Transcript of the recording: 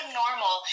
normal